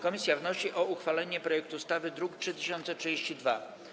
Komisja wnosi o uchwalenie projektu ustawy z druku nr 3032.